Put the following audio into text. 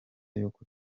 yuko